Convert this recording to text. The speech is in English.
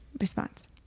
response